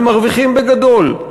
ומרוויחים בגדול.